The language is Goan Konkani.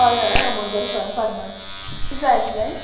हय हय आमोणकर फर्मास कित जाय आशिल्लें